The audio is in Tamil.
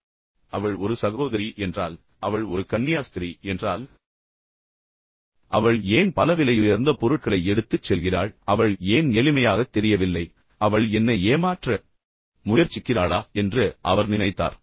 எனவே அவள் ஒரு சகோதரி என்றால் அவள் ஒரு கன்னியாஸ்திரி என்றால் அவள் ஏன் பல விலையுயர்ந்த பொருட்களை எடுத்துச் செல்கிறாள் பின்னர் அவள் ஏன் எளிமையாகத் தெரியவில்லை அவள் என்னை ஏமாற்ற முயற்சிக்கிறாளா என்று அவர் நினைத்தார்